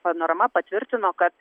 panorama patvirtino kad